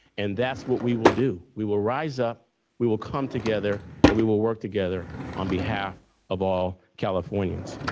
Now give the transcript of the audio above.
and that's what we will do. we will rise up we will come together and we will work together on behalf of all californians.